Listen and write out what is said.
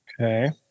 Okay